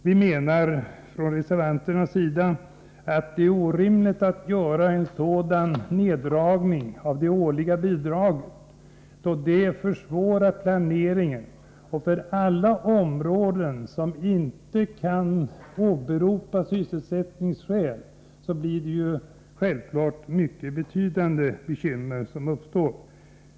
Vi menar från reservanternas sida att det är orimligt att göra en sådan neddragning av de årliga bidragen, då det försvårar planeringen. I alla de områden där man inte kan åberopa sysselsättningsskäl uppstår självfallet mycket betydande bekymmer.